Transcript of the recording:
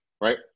right